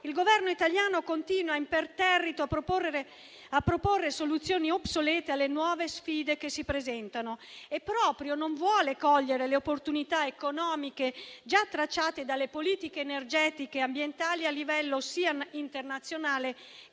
il Governo italiano continua imperterrito a proporre soluzioni obsolete alle nuove sfide che si presentano e proprio non vuole cogliere le opportunità economiche già tracciate dalle politiche energetiche ambientali a livello sia internazionale